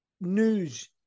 news